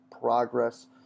progress